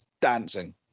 dancing